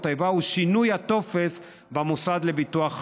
האיבה ושינוי הטופס במוסד לביטוח לאומי.